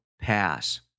pass